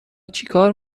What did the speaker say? چیکار